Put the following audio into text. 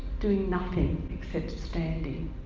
doing nothing except standing.